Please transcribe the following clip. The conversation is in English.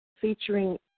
featuring